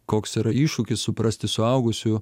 koks yra iššūkis suprasti suaugusiųjų